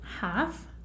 half